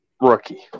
rookie